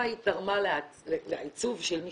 זה אומר כמה היא תרמה לעיצוב של מי